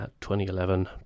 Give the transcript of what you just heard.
2011